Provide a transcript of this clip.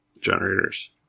generators